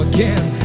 again